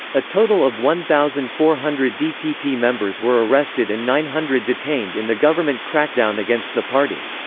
a total of one thousand four hundred dtp members were arrested and nine hundred detained in the government crackdown against the party.